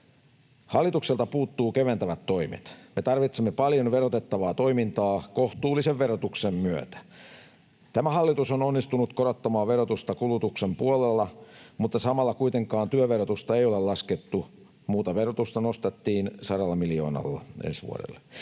Hallitukselta puuttuvat keventävät toimet. Me tarvitsemme paljon verotettavaa toimintaa kohtuullisen verotuksen myötä. Tämä hallitus on onnistunut korottamaan verotusta kulutuksen puolella, mutta samalla kuitenkaan työn verotusta ei ole laskettu. Muuta verotusta nostettiin 100 miljoonalla ensi vuodelle.